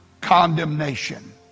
condemnation